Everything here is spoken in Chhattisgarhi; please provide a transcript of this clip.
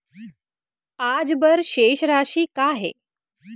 आज बर शेष राशि का हे?